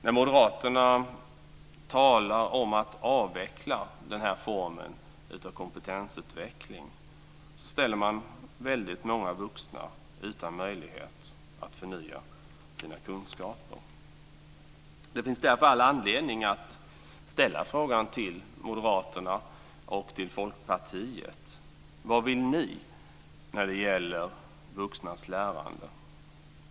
När Moderaterna talar om att avveckla den här formen av kompetensutveckling ställer man väldigt många vuxna utanför möjligheten att förnya sina kunskaper. Det finns därför all anledning att ställa frågan till Moderaterna och Folkpartiet: Vad vill ni när det gäller vuxnas lärande?